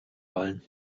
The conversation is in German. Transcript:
wollen